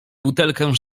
butelkę